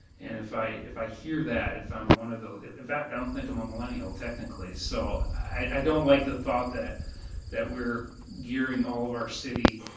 and if i if i hear that, if i'm one of those, in fact i don't think i'm a millennial, technically, so i don't like the thought that that we're gearing all of our city,